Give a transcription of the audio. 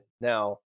Now